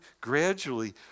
gradually